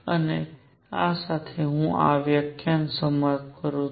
અને આ સાથે હું આ વ્યાખ્યાન સમાપ્ત કરું છું